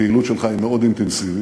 הפעילות שלך היא מאוד אינטנסיבית,